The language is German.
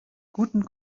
guten